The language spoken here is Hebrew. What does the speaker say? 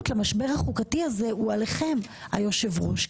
למשבר החוקתי הזה היא עליכם היושב ראש,